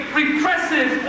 repressive